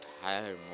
higher